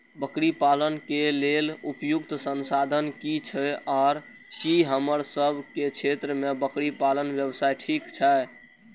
बकरी पालन के लेल उपयुक्त संसाधन की छै आर की हमर सब के क्षेत्र में बकरी पालन व्यवसाय ठीक छै?